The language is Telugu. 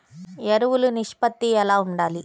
ఎరువులు నిష్పత్తి ఎలా ఉండాలి?